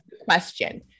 question